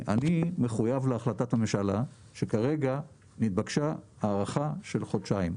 אני מחויב להחלטת הממשלה שכרגע נתבקשה הארכה של חודשיים.